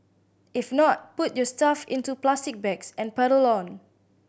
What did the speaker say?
if not put your stuff into plastic bags and pedal on